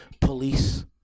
police